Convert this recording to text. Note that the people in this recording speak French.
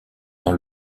dans